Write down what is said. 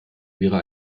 wäre